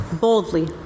boldly